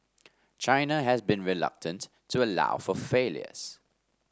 China has been reluctant to allow for failures